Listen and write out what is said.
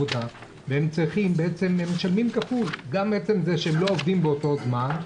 והם משלימים כפול גם עצם זה שלא עובדים באותו זמן,